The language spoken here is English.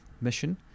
mission